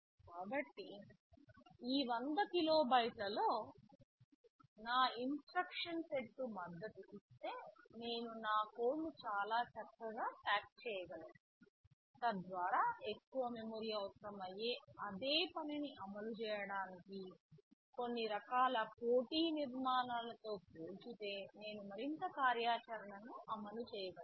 కాబట్టి ఈ 100 కిలోబైట్లలో నా ఇన్స్ట్రక్షన్ సెట్ మద్దతు ఇస్తే నేను నా కోడ్ను చాలా చక్కగా ప్యాక్ చేయగలను తద్వారా ఎక్కువ మెమరీ అవసరం అయ్యే అదే పనిని అమలు చేయడానికి కొన్ని రకాల పోటీ నిర్మాణాలతో పోల్చితే నేను మరింత కార్యాచరణను అమలు చేయగలను